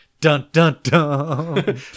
Dun-dun-dun